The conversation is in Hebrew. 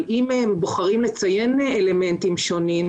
אבל אם בוחרים לציין אלמנטים שונים,